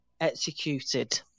executed